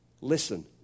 listen